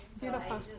beautiful